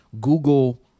Google